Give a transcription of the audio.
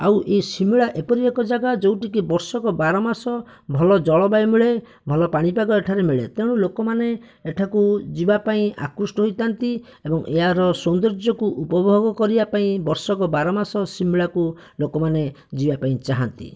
ଆଉ ଏହି ସିମଲା ଏପରି ଏକ ଜାଗା ଯେଉଁଟିକି ବର୍ଷକ ବାରମାସ ଭଲ ଜଳବାୟୁ ମିଳେ ଭଲ ପାଣିପାଗ ଏଠାରେ ମିଳେ ତେଣୁ ଲୋକମାନେ ଏଠାକୁ ଯିବାପାଇଁ ଆକୃଷ୍ଟ ହୋଇଥାନ୍ତି ଏବଂ ଏହାର ସୌନ୍ଦର୍ଯ୍ୟକୁ ଉପଭୋଗ କରିବାପାଇଁ ବର୍ଷକ ବାରମାସ ସିମଳାକୁ ଲୋକମାନେ ଯିବାପାଇଁ ଚାହାଁନ୍ତି